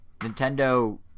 Nintendo